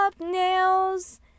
nails